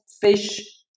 fish